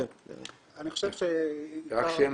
אגב,